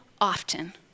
often